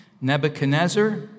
Nebuchadnezzar